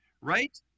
right